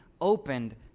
opened